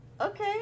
okay